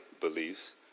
beliefs